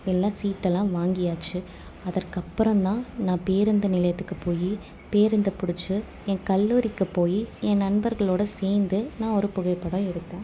எல்லாம் சீட்டெல்லாம் வாங்கியாச்சு அதற்கப்புறந்தான் நான் பேருந்து நிலையத்துக்கு போய் பேருந்தை பிடிச்சி என் கல்லூரிக்கு போய் ஏ நண்பர்களோடு சேர்ந்து நான் ஒரு புகைப்படம் எடுத்தேன்